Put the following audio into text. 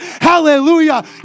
hallelujah